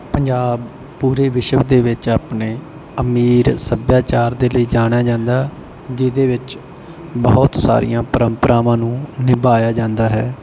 ਪੰਜਾਬ ਪੂਰੇ ਵਿਸ਼ਵ ਦੇ ਵਿੱਚ ਆਪਣੇ ਅਮੀਰ ਸੱਭਿਆਚਾਰ ਦੇ ਲਈ ਜਾਣਿਆ ਜਾਂਦਾ ਜਿਹਦੇ ਵਿੱਚ ਬਹੁਤ ਸਾਰੀਆਂ ਪਰੰਪਰਾਵਾਂ ਨੂੰ ਨਿਭਾਇਆ ਜਾਂਦਾ ਹੈ